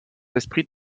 esprit